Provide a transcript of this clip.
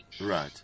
Right